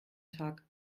tag